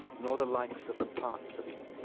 nor the likes of the parts of you.